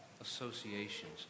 associations